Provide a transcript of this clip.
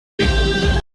happy